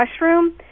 mushroom